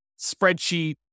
spreadsheet